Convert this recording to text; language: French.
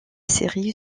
série